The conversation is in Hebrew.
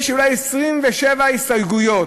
יש אולי 27 הסתייגויות,